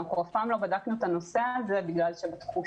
אף פעם לא בדקנו את הנושא הזה כי בתחושה